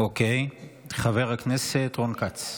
חבר הכנסת רון כץ.